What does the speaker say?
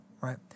right